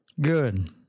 Good